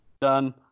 done